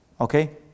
Okay